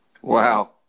Wow